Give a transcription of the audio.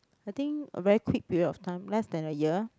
I think a very quick period of time less than a year